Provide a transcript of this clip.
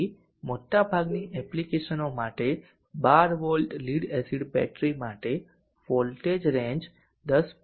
તેથી મોટાભાગની એપ્લિકેશનો માટે 12V લીડ એસિડ બેટરી માટે વોલ્ટેજ રેન્જ 10